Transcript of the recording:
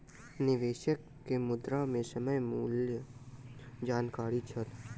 निवेशक के मुद्रा के समय मूल्यक जानकारी छल